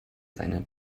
seine